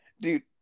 dude